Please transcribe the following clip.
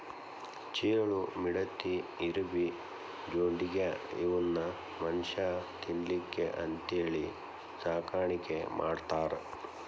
ಚೇಳು, ಮಿಡತಿ, ಇರಬಿ, ಜೊಂಡಿಗ್ಯಾ ಇವನ್ನು ಮನುಷ್ಯಾ ತಿನ್ನಲಿಕ್ಕೆ ಅಂತೇಳಿ ಸಾಕಾಣಿಕೆ ಮಾಡ್ತಾರ